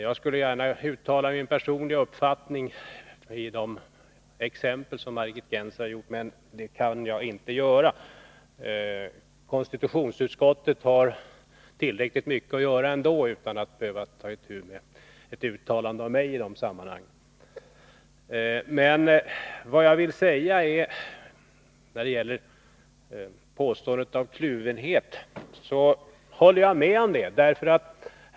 Jag skulle gärna uttala min personliga uppfattning om de exempel som Margit Gennser gav, men jag kan alltså inte göra det. Konstitutionsutskottet har tillräckligt mycket att göra, utan att behöva ta itu med det ärende som ett uttalande av mig i de fallen skulle kunna föranleda. Jag håller med om att det i sådana här fall blir fråga om en kluvenhet.